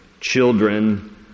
children